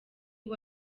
uwo